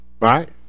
Right